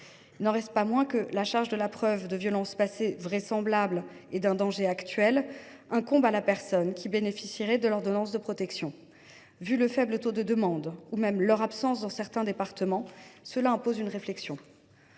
Il n’en demeure pas moins que la charge de la preuve de violences passées vraisemblables et d’un danger actuel incombe à la personne qui bénéficierait de l’ordonnance de protection. Le faible taux d’acceptation des demandes, particulièrement notable dans certains départements, impose une réflexion.